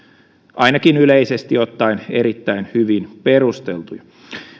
ainakin yleisesti ottaen erittäin hyvin perusteltuja